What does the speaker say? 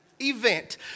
event